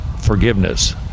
forgiveness